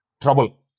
trouble